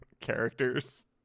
characters